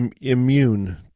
immune